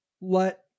let